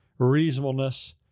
reasonableness